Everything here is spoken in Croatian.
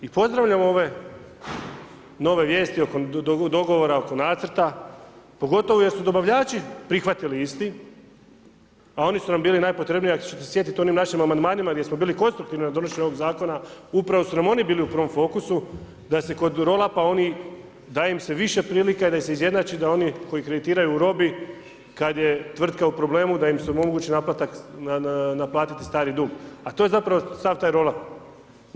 I pozdravljam ove nove vijesti oko dogovora oko nacrta, pogotovo jer su dobavljači prihvatili isti, a oni su nam bili najpotrebniji, ako ćete se sjetit u onim našim amandmanima gdje smo bili konstruktivni oko donošenja ovog zakona, upravo su nam oni bili u prvom fokusu da se kod roll up-a oni, da im se više prilike da se izjednači da oni koji kreditiraju u robi kad je tvrtka u problemu da im se omogući naplatiti stari dug, a to je zapravo sav taj roll up.